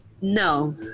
no